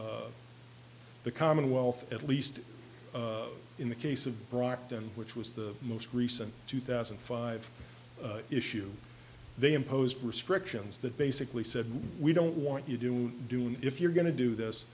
and the commonwealth at least in the case of brockton which was the most recent two thousand and five issue they imposed restrictions that basically said we don't want you do do it if you're going to do this